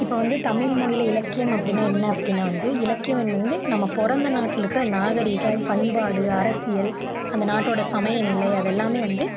இப்போ வந்து தமிழ்மொழியில் இலக்கியம் அப்படின்னா என்ன அப்படின்னா வந்து இலக்கியம் என்பது வந்து நம்ம பிறந்த நாட்டில் இருக்கிற நாகரீகம் பண்பாடு அரசியல் அந்த நாட்டோடய சமயநிலை அதெல்லாமே வந்து